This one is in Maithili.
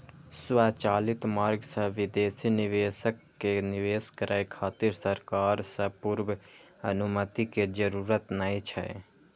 स्वचालित मार्ग सं विदेशी निवेशक कें निवेश करै खातिर सरकार सं पूर्व अनुमति के जरूरत नै छै